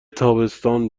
تابستان